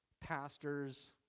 Pastors